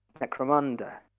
Necromunda